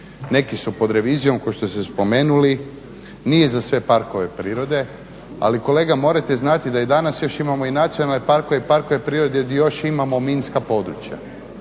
Neki su pod revizijom kao što ste spomenuli. Nije za sve parkove prirode. Ali kolega morate znati da i danas još imamo i nacionalne parkove i parkove prirode di još imamo minska područja,